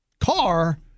car